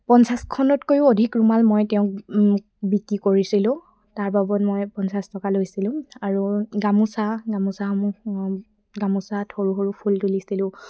পঞ্চাছখনতকৈও অধিক ৰুমাল মই তেওঁক বিক্ৰী কৰিছিলোঁ তাৰ বাবদ মই পঞ্চাছ টকা লৈছিলোঁ আৰু গামোচা গামোচাসমূহ গামোচাত সৰু সৰু ফুল তুলিছিলোঁ